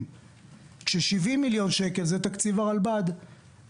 זה אולי הזמן גם לשאול את נציגי הרלב"ד מה הסטטוס של זה בממשלה